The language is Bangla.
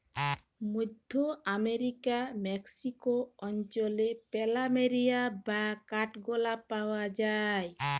মধ্য আমরিকার মেক্সিক অঞ্চলে প্ল্যামেরিয়া বা কাঠগলাপ পাওয়া যায়